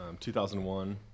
2001